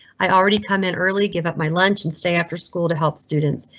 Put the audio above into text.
i already come in early, give up my lunch and stay after school to help students.